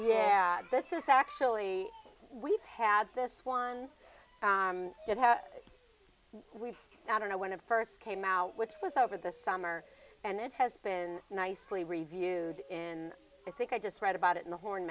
yeah this is actually we've had this one we don't know when it first came out which was over the summer and it has been nicely reviewed in i think i just read about it in the horn